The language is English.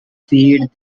feed